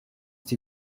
die